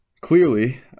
clearly